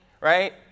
right